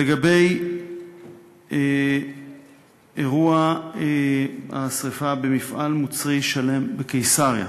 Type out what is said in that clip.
לגבי אירוע השרפה במפעל "מוצרי שלם" בקיסריה,